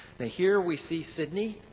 now here we see sydney,